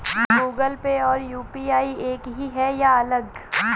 Google Pay और UPI एक ही है या अलग?